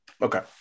Okay